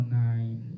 nine